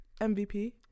MVP